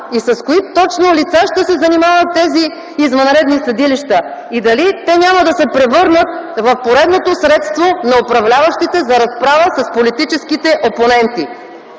и с кои точно лица ще се занимават тези извънредни съдилища? Дали те няма да се превърнат в поредното средство на управляващите за разправа с политическите опоненти?